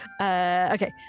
Okay